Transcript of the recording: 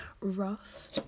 rough